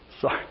Sorry